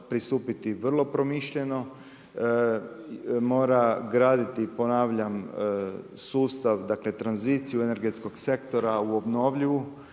pristupiti vrlo promišljeno, mora graditi ponavljam sustav, dakle tranziciju energetskog sektora u obnovljivu